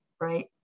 right